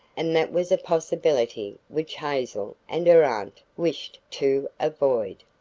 and that was a possibility which hazel and her aunt wished to avoid.